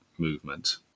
movement